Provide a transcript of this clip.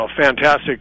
fantastic